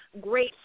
great